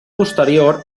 posterior